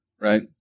right